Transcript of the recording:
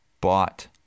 bought